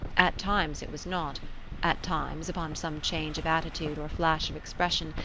at times it was not at times, upon some change of attitude or flash of expression,